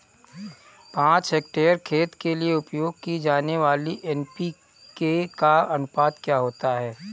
पाँच हेक्टेयर खेत के लिए उपयोग की जाने वाली एन.पी.के का अनुपात क्या होता है?